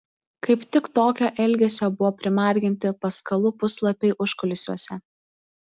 kaip tik tokio elgesio buvo primarginti paskalų puslapiai užkulisiuose